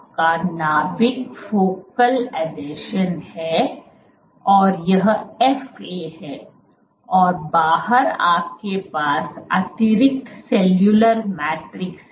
तो यह आपका नाभिक फोकल अधीक्षण है और यह F A है और बाहर आपके पास अतिरिक्त सेलुलर मैट्रिक्स है